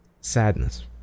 Sadness